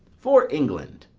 for england!